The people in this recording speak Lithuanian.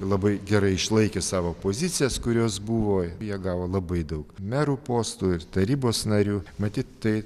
labai gerai išlaikė savo pozicijas kurios buvo jie gavo labai daug merų postų ir tarybos narių matyt tai